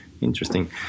interesting